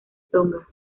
tonga